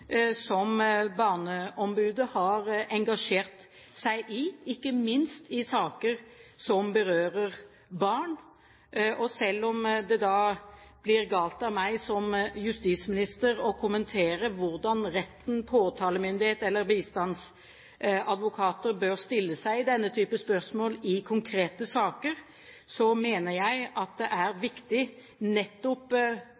som barneombudet har engasjert seg i, ikke minst i saker som berører barn. Og selv om det blir galt av meg som justisminister å kommentere hvordan retten, påtalemyndighet eller bistandsadvokater bør stille seg i denne typen spørsmål i konkrete saker, mener jeg at det er